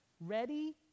ready